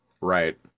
Right